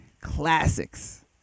classics